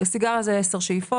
סיגריה זה 10 שאיפות.